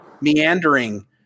meandering